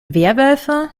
werwölfe